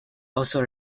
also